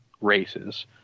races